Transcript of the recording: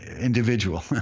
individual